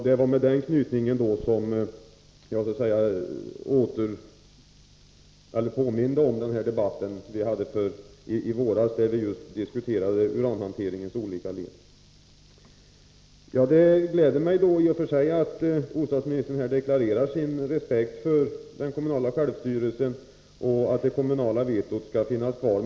Det var med anledning av det uttalandet jag påminde om den debatt vi hade i januari, då vi diskuterade uranhanteringens olika led. I och för sig gläder det mig att bostadsministern deklarerar sin respekt för den kommunala självstyrelsen och att han anser att det kommunala vetot skall finnas kvar.